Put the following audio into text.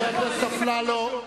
חבר הכנסת אפללו.